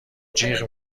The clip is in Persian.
جیغ